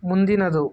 ಮುಂದಿನದು